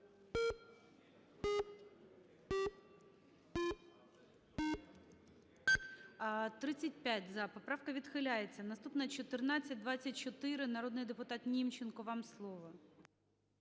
Поправка відхиляється. Наступна 1424. Народний депутат Німченко, вам слово.